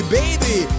baby